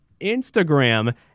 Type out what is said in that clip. Instagram